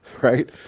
right